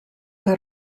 que